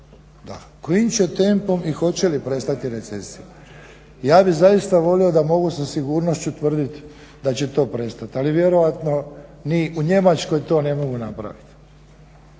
kojim će tempom i hoće li prestati recesija. Ja bih zaista volio da mogu sa sigurnošću tvrditi da će to prestati, ali vjerojatno ni u Njemačkoj to ne mogu napraviti.